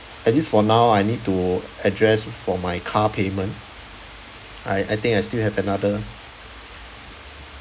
at least for now I need to address for my car payment I I think I still have another